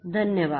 धन्यवाद